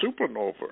supernova